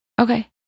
Okay